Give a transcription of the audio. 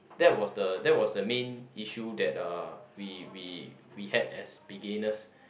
that was the that was the main issue that uh we we we had as beginners